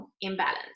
imbalance